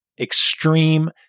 extreme